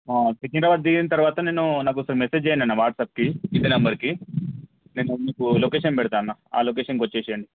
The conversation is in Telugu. సికింద్రాబాదు దిగిన తర్వాత నేను నాకు ఒకసారి మెసేజ్ చెయ్యండన్నా వాట్సాప్కి ఇదే నెంబర్కి నేను మీకు లొకేషన్ పెడతా అన్నా ఆ లొకేషన్కి వచ్చేయండి